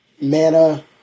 Mana